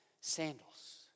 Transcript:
sandals